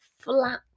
flat